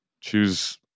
choose